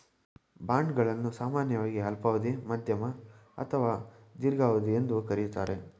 bond ಗಳನ್ನು ಸಾಮಾನ್ಯವಾಗಿ ಅಲ್ಪಾವಧಿ, ಮಧ್ಯಮ ಅಥವಾ ದೀರ್ಘಾವಧಿ ಎಂದು ಕರೆಯುತ್ತಾರೆ